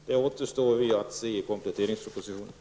Det återstår att se i kompletteringspropositionen.